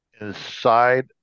inside